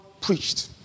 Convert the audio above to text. preached